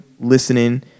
listening